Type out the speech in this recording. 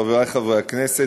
חברי חברי הכנסת,